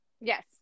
Yes